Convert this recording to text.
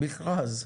מכרז,